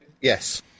yes